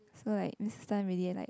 so like Missus Tan really like